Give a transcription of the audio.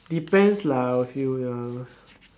depends lah I will feel ya